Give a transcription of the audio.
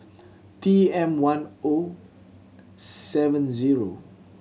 T M One O seven zero